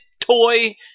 toy